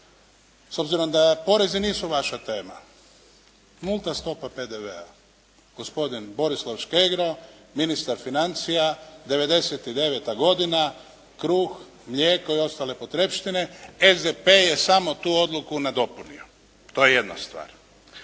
s obzirom da porezi nisu vaša tema. Nulta stopa PDV-a, gospodin Borislav Škegro ministar financija, 99. godina, kruh, mlijeko i ostale potrepštine. SDP je samo tu odluku nadopunio. To je jedna stvar.